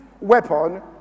weapon